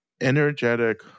energetic